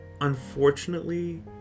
unfortunately